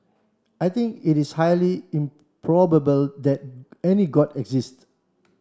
I think it is highly improbable that any god exist